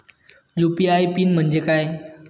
UPI PIN म्हणजे काय?